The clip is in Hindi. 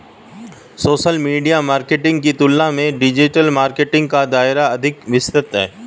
सोशल मीडिया मार्केटिंग की तुलना में डिजिटल मार्केटिंग का दायरा अधिक विस्तृत है